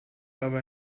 aber